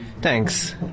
thanks